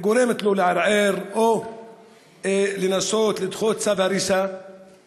וגורמת לו לערער או לנסות לדחות את צו ההריסה